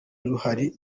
ruhari